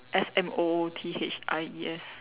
S M O O T H I E S